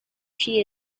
she